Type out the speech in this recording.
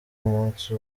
umunsi